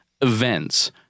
events